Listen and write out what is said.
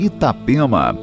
Itapema